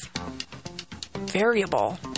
variable